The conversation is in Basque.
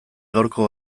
gaurko